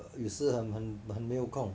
也是很很没有空